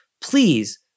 please